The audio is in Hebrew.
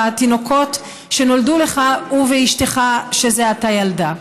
בתינוקות שנולדו לך ובאשתך שזה עתה ילדה.